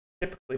typically